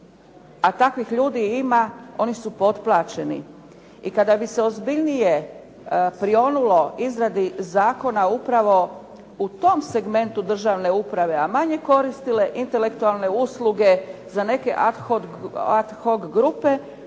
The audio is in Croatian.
a takvih ljudi ima i oni su potplaćeni. I kada bi se ozbiljnije prionulo izradi Zakona upravo u tom segmentu državne uprava a manje koristile intelektualne usluge za neke ad hoc grupe